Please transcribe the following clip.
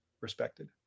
respected